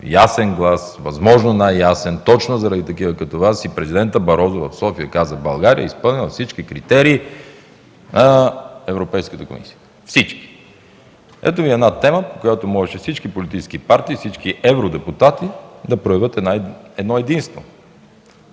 ясен глас, възможно най-ясно, точно заради такива като Вас, и президентът Барозу в София каза: „България е изпълнила всички критерии на Европейската комисия.” Всички! Ето Ви една тема, по която можеше всички политически партии, всички евродепутати да проявят единство.